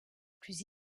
plus